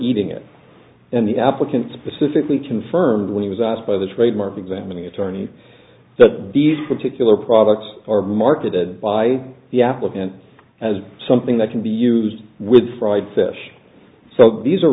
eating it in the applicant specifically confirmed when he was asked by the trademark examining attorney that these particular products are marketed by the applicant as something that can be used with fried fish so these are